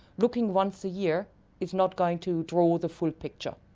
looking once a year is not going to draw the full picture.